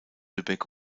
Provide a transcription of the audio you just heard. lübeck